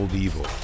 evil